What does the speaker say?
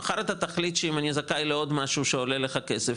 מחר אתה תחליט שאם אני זכאי לעוד משהו שעולה לך כסף,